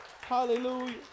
Hallelujah